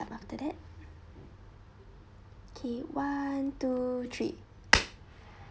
and what after that okay one two three